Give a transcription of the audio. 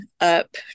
up